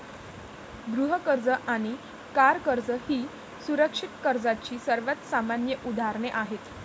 गृह कर्ज आणि कार कर्ज ही सुरक्षित कर्जाची सर्वात सामान्य उदाहरणे आहेत